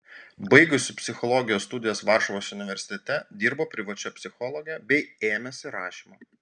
baigusi psichologijos studijas varšuvos universitete dirbo privačia psichologe bei ėmėsi rašymo